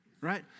right